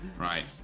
Right